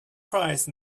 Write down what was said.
prize